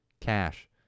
cash